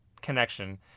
connection